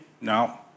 No